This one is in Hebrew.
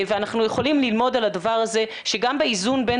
ואנחנו יכולים ללמוד על הדבר הזה שגם באיזון בין